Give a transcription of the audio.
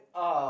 oh